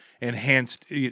enhanced